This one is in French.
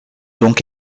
donc